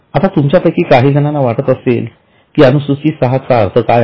आता तुमच्यापैकी काही जणांना वाटत असेल कि अनुसूची सहाचा अर्थ काय